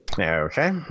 okay